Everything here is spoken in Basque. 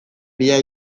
bila